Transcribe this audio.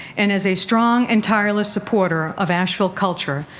and as a strong and tireless supporter of asheville culture,